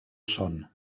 son